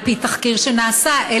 על פי תחקיר שנעשה,